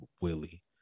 Willie